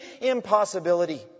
impossibility